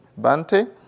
Bante